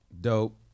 dope